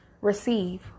receive